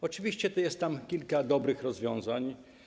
Oczywiście jest tu kilka dobrych rozwiązań.